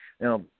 Now